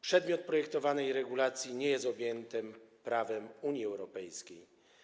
Przedmiot projektowanej regulacji nie jest objęty prawem Unii Europejskiej.